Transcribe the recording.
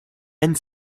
and